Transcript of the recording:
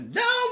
no